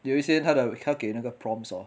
有一些他的他给那个 prompts hor